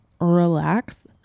relax